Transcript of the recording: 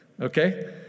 Okay